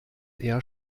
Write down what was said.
eher